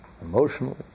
emotionally